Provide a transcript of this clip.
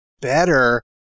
better